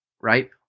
right